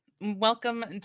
Welcome